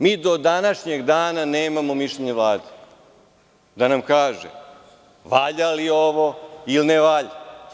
Mi do današnjeg dana nemamo mišljenje Vlade, da nam kaže valja li ovo ili ne valja.